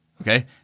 Okay